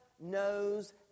knows